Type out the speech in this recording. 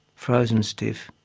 frozen stiff,